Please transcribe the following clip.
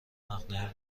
مقنعه